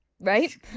Right